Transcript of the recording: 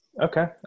Okay